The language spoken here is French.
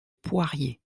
poirier